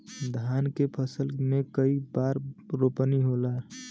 धान के फसल मे कई बार रोपनी होला?